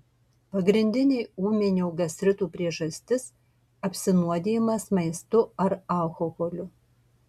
pagrindinė ūminio gastrito priežastis apsinuodijimas maistu ar alkoholiu